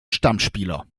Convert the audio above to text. stammspieler